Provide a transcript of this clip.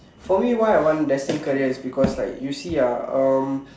for me why I want destined career is because like you see ah um